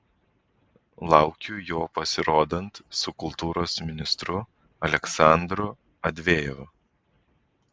laukiu jo pasirodant su kultūros ministru aleksandru avdejevu